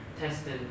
tested